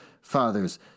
father's